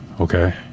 okay